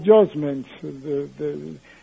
adjustments